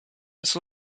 was